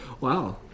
Wow